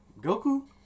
Goku